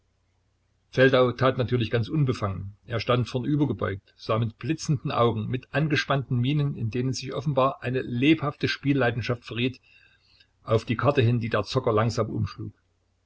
feldau tat natürlich ganz unbefangen er stand vornübergebeugt sah mit blitzenden augen mit angespannten mienen in denen sich offenbar eine lebhafte spielleidenschaft verriet auf die karte hin die der zocker langsam umschlug